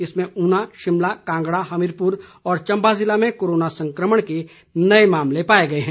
इसमें ऊना शिमला कांगड़ा हमीरपुर और चंबा जिला में कोरोना संक्रमण के नए मामले पाये गए है